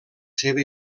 seva